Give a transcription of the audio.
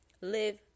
Live